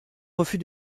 refus